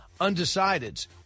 undecideds